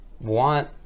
want